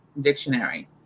dictionary